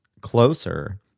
closer